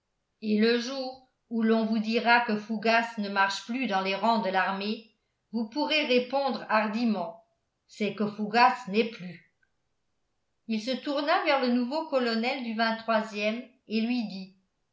et le jour où l'on vous dira que fougas ne marche plus dans les rangs de l'armée vous pourrez répondre hardiment c'est que fougas n'est plus il se tourna vers le nouveau colonel du ème et lui dit